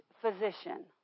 physician